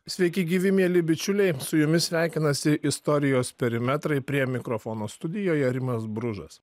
sveiki gyvi mieli bičiuliai su jumis sveikinasi istorijos perimetrai prie mikrofono studijoje rimas bružas